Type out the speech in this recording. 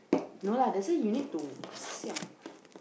no lah that's why you need siam